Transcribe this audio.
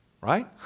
Right